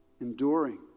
enduring